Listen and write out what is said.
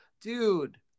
dude